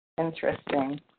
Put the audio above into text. Interesting